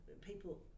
people